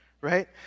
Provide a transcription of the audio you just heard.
right